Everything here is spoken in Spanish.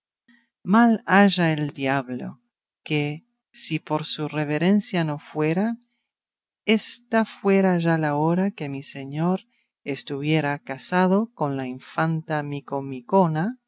mal haya el diablo que si por su reverencia no fuera ésta fuera ya la hora que mi señor estuviera casado con la infanta micomicona y